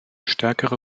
stärkere